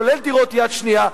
כולל דירות יד שנייה,